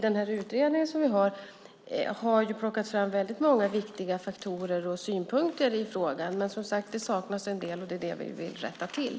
Den utredning vi har innehåller väldigt många viktiga faktorer och synpunkter i frågan, men det saknas som sagt en del, och det är det vi vill rätta till.